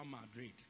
madrid